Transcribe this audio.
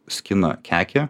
skina kekę